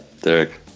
Derek